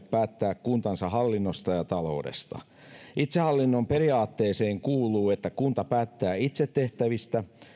päättää kuntansa hallinnosta ja taloudesta itsehallinnon periaatteeseen kuuluu että kunta päättää itse tehtävistä